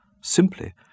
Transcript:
simply